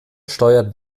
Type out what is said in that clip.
steuert